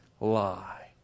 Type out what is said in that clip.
lie